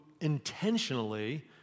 intentionally